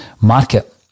market